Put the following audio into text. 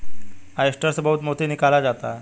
oyster से बहुत मोती निकाला जाता है